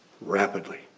rapidly